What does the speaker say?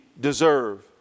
deserve